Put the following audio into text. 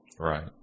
Right